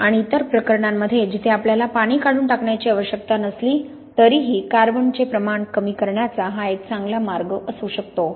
आणि इतर प्रकरणांमध्ये जिथे आपल्याला पाणी काढून टाकण्याची आवश्यकता नसली तरीही कार्बनचे प्रमाण कमी करण्याचा हा एक चांगला मार्ग असू शकतो